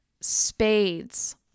spades